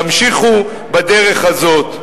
תמשיכו בדרך הזאת.